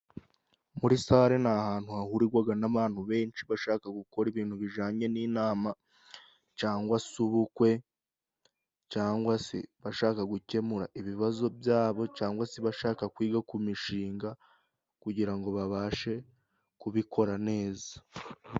Muri sale ni ahantu hahurigwaga n'abantu benshi bashaka gukora ibintu bijanye n'inama, cangwa si ubukwe , cangwa si bashaka gukemura ibibazo byabo cangwa si abashaka kwiga ku mishinga kugira ngo babashe kubikora neza.